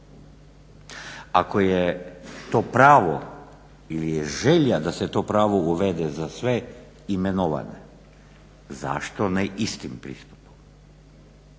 Ako je to pravo ili je želja da se to pravo uvede za sve imenovane, zašto ne istim pristupom?